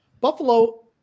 Buffalo